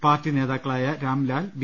party നേതാക്കളായ Ramlal B